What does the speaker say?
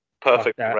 Perfect